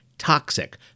toxic